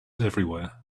everywhere